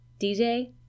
DJ